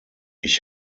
ich